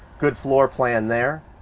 good floor plan there.